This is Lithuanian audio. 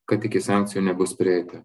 kad iki sankcijų nebus prieita